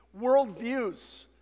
worldviews